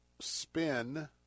spin